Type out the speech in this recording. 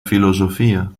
filosofia